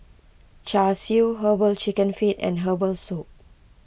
Char Siu Herbal Chicken Feet and Herbal Soup